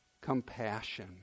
compassion